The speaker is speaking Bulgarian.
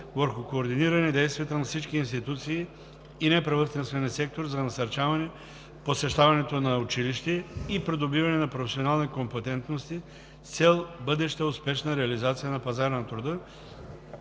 върху координиране действията на всички институции и неправителствения сектор за насърчаване посещаването на училище и придобиване на професионални компетентности, с цел бъдеща успешна реализация на пазара на труда